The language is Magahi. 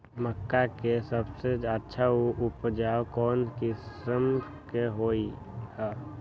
मक्का के सबसे अच्छा उपज कौन किस्म के होअ ह?